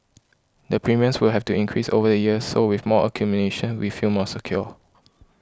the premiums will have to increase over the years so with more accumulation we feel more secure